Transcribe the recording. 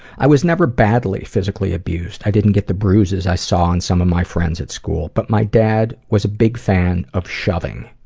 i was never badly physically abused. i didn't get the bruises that i saw on some of my friends at school. but my dad was a big fan of shoving.